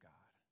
God